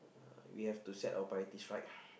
we have to set our priorities right